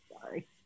Sorry